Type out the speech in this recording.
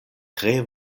tre